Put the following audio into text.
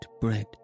bread